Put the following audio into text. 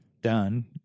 done